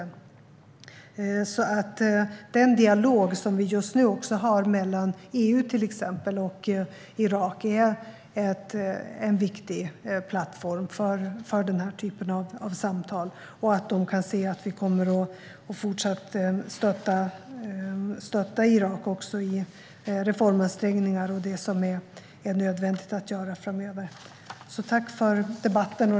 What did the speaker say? Till exempel är den dialog som vi just nu har mellan EU och Irak en viktig plattform för denna typ av samtal. Då kan Irak se att vi kommer att fortsätta att stötta landet i dess reformansträngningar och i det som är nödvändigt att göra framöver. Jag tackar för debatten.